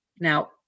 Now